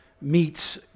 Meets